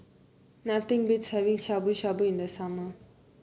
nothing beats having Shabu Shabu in the summer